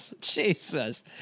Jesus